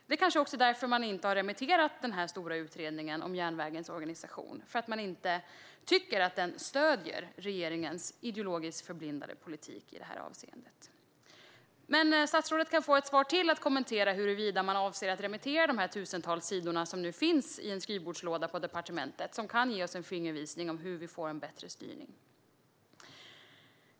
Det kanske också är därför man inte har remitterat den här stora utredningen om järnvägens organisation - man tycker inte att den stöder regeringens ideologiskt förblindade politik i det här avseendet. Men statsrådet har möjlighet att i kommande inlägg kommentera huruvida man avser att remittera dessa tusentals sidor, som nu finns i en skrivbordslåda på departementet och som kan ge oss en fingervisning om hur vi ska få en bättre styrning.